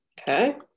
Okay